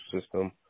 system